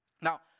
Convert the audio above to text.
Now